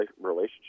relationship